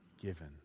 given